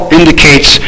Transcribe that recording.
indicates